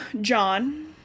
john